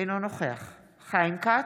אינו נוכח חיים כץ,